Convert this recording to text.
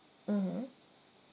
mm mm